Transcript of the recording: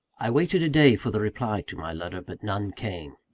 i waited a day for the reply to my letter but none came.